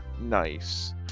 nice